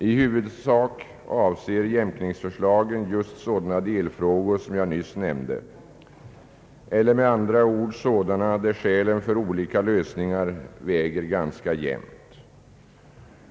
I huvudsak avser jämkningsförslagen just sådana delfrågor som jag nyss nämnde, eller med andra ord sådana där skälen för olika lösningar väger ganska jämnt.